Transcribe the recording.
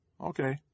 Okay